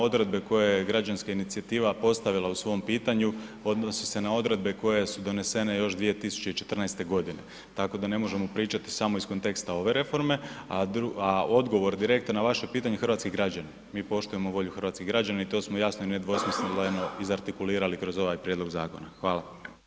odredbe koje je građanska inicijativa postavila u svom pitanju odnosi se na odredbe koje su donesene još 2014. g. tako da ne možemo pričati samo iz konteksta ove reforme a odgovor direktan na vaše pitanje, hrvatski građani, mi poštujemo volju hrvatskih građana i to smo jasno i nedvosmisleno izartikulirali kroz ovaj prijedlog zakona, hvala.